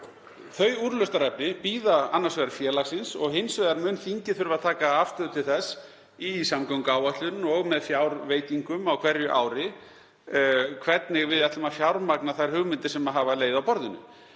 Þau úrlausnarefni bíða félagsins og þingið mun einnig þurfa að taka afstöðu til þess í samgönguáætlun og með fjárveitingum á hverju ári hvernig við ætlum að fjármagna þær hugmyndir sem hafa legið á borðinu.